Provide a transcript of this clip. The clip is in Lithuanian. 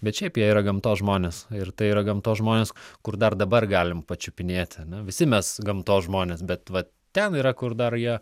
bet šiaip jie yra gamtos žmonės ir tai yra gamtos žmonės kur dar dabar galim pačiupinėti ane visi mes gamtos žmonės bet vat ten yra kur dar jie